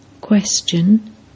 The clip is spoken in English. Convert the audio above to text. Question